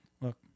look